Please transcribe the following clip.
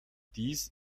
dies